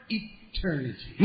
eternity